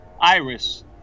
iris